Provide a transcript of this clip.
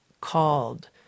called